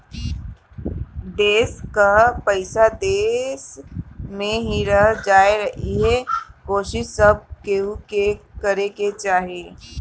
देस कअ पईसा देस में ही रह जाए इहे कोशिश सब केहू के करे के चाही